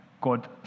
God